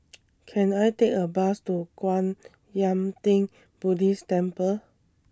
Can I Take A Bus to Kwan Yam Theng Buddhist Temple